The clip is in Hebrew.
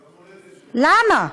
למה?